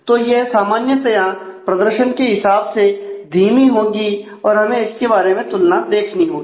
तो यह सामान्यतया प्रदर्शन के हिसाब से धीमी होंगी और हमें इसके बारे में तुलना देखनी होगी